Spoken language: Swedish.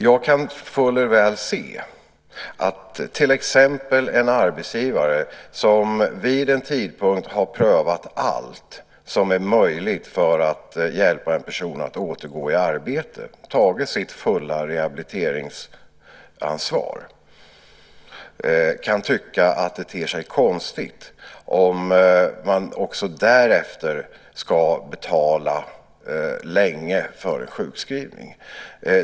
Jag kan fuller väl se att till exempel en arbetsgivare som vid en tidpunkt har prövat allt som är möjligt för att hjälpa en person att återgå i arbete och har tagit sitt fulla rehabiliteringsansvar kan tycka att det ter sig konstigt om man också därefter ska betala länge för sjukskrivning.